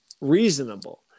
reasonable